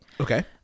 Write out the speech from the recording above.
Okay